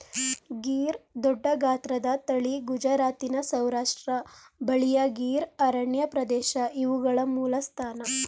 ಗೀರ್ ದೊಡ್ಡಗಾತ್ರದ ತಳಿ ಗುಜರಾತಿನ ಸೌರಾಷ್ಟ್ರ ಬಳಿಯ ಗೀರ್ ಅರಣ್ಯಪ್ರದೇಶ ಇವುಗಳ ಮೂಲಸ್ಥಾನ